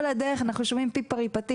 כל הדרך אנחנו שומעים פיפריפטי,